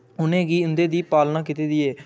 उनें गी उं'दी दी पालना कीती दी ऐ